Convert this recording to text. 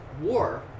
war